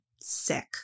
sick